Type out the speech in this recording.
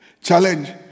challenge